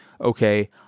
okay